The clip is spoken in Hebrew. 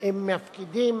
שהם מפקידים